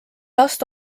last